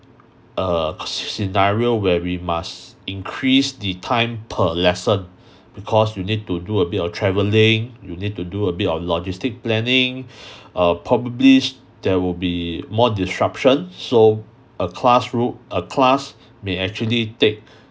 a scenario where we must increase the time per lesson because you need to do a bit of travelling you need to do a bit of logistic planning uh probably there will be more disruption so a classroom a class may actually take